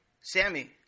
Sammy